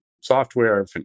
software